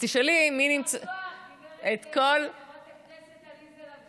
יישר כוח חברת הכנסת לביא.